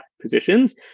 positions